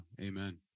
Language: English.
Amen